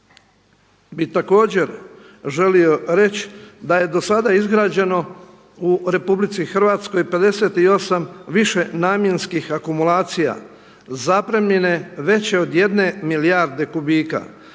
bi također želio reći da je do sada izgrađeno u Republici Hrvatskoj 58 višenamjenskih akumulacija zapremnine veće od jedne milijarde kubika,